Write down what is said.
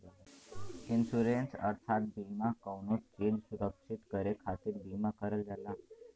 insurance अर्थात बीमा कउनो चीज सुरक्षित करे खातिर बीमा करल जाला